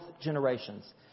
generations